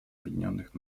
объединенных